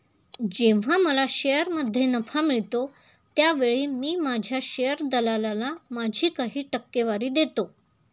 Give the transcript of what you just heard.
जेव्हा मला शेअरमध्ये नफा मिळतो त्यावेळी मी माझ्या शेअर दलालाला माझी काही टक्केवारी देतो